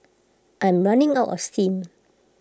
I'm running out of steam